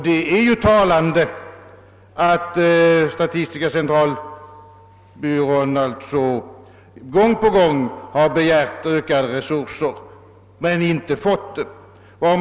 Det är också talande att statistiska centralbyrån gång på gång har begärt ökade resurser utan att få det.